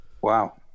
Wow